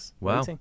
Wow